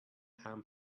ham